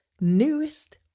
newest